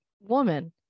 woman